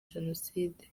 jenoside